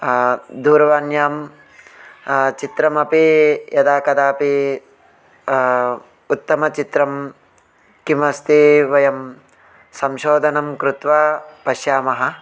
दूरवाण्यां चित्रमपि यदा कदापि उत्तम चित्रं किमस्ति वयं संशोधनं कृत्वा पश्यामः